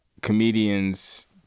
comedians